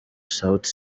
sauti